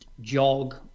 jog